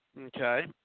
Okay